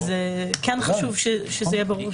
אז כן חשוב שיהיה ברור.